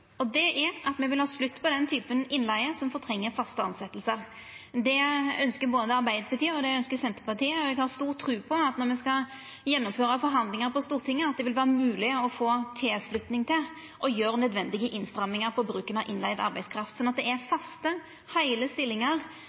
faste tilsetjingar. Det ønskjer Arbeidarpartiet, og det ønskjer Senterpartiet. Eg har stor tru på at når me skal gjennomføra forhandlingar på Stortinget, vil det vera mogleg å få tilslutning til å gjera nødvendige innstrammingar på bruken av innleigd arbeidskraft, sånn at det er faste, heile stillingar